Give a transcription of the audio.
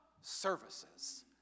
services